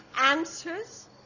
Answers